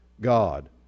God